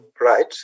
right